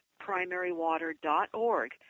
primarywater.org